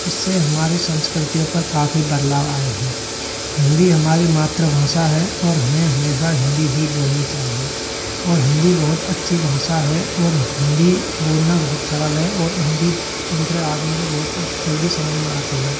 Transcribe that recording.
इससे हमारी संस्कृतियों पर काफ़ी बदलाव आए हैं हिन्दी हमारी मातृभाषा है और हमें हमेशा हिन्दी ही बोलनी चाहिए और हिन्दी बहुत अच्छी भाषा है और हिन्दी बोलना बहुत सरल है और हिन्दी दूसरे आदमी को बहुत जल्दी समझ में आती है